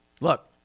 Look